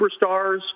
superstars